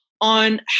on